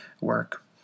work